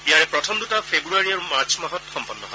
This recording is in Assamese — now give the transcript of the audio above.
ইয়াৰে প্ৰথম দুটা ফেৰুৱাৰী আৰু মাৰ্চ মাহত সম্পন্ন হৈছে